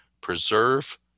preserve